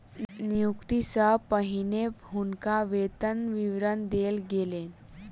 नियुक्ति सॅ पहिने हुनका वेतन विवरण देल गेलैन